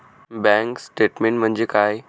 Bank statement म्हणजे काय?